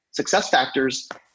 SuccessFactors